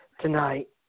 tonight